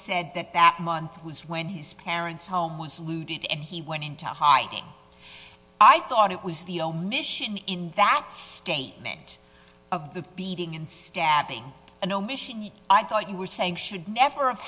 said that that month was when his parents home was looted and he went into hiding i thought it was the omission in that statement of the beating and stabbing and omission i thought you were saying should never have